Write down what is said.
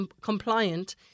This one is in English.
compliant